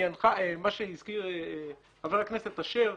חבר הכנסת אשר,